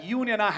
union